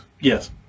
Yes